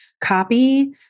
copy